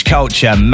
Culture